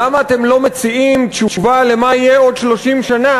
למה אתם לא מציעים תשובה למה יהיה עוד 30 שנה?